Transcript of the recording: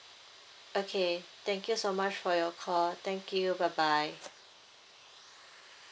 okay thank you so much for your call thank you bye bye